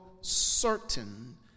certain